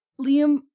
Liam